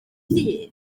ddydd